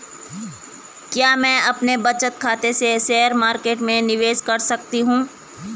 क्या मैं अपने बचत खाते से शेयर मार्केट में निवेश कर सकता हूँ?